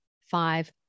five